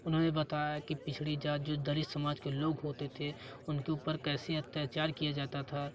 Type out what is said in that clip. उन्होंने बताया कि पिछड़ी जाति जो दलित समाज के लोग होते थे उनके ऊपर कैसे अत्याचार किया जाता था